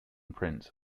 prince